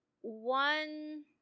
One